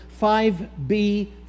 5b